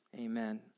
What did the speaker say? Amen